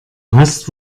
hast